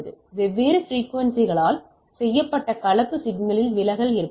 வெவ்வேறு பிரிக்குவென்சிகளால் செய்யப்பட்ட கலப்பு சிக்னல்களில் விலகல் ஏற்படலாம்